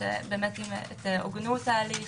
את הוגנות הליך,